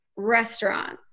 restaurants